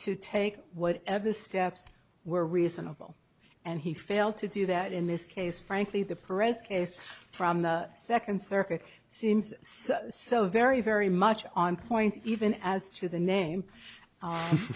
to take whatever steps were reasonable and he failed to do that in this case frankly the pres case from the second circuit seems so so very very much on point even as to the name